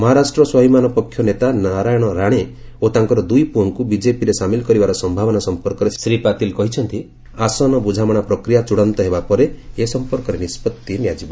ମହାରାଷ୍ଟ୍ର ସ୍ୱାଭିମାନ ପକ୍ଷ ନେତା ନାରାୟଣ ରାଣେ ଓ ତାଙ୍କର ଦୁଇ ପୁଅଙ୍କୁ ବିଜେପିରେ ସାମିଲ କରିବାର ସମ୍ଭାବନା ସଂପର୍କରେ ଶ୍ରୀ ପାତିଲ୍ କହିଛନ୍ତି ଆସନ ବୁଝାମଣା ପ୍ରକ୍ରିୟା ଚୃଡ଼ାନ୍ତ ହେବା ପରେ ଏ ସମ୍ପର୍କରେ ନିଷ୍ପଭି ନିଆଯିବ